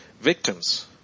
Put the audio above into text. victims